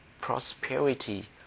prosperity